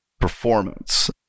performance